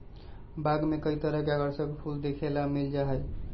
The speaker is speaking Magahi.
बाग में कई तरह के आकर्षक फूल देखे ला मिल जा हई